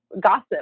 gossip